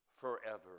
forever